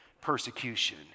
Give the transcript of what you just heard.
persecution